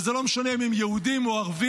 וזה לא משנה אם הם יהודים או ערבים,